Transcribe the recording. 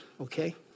okay